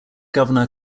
governor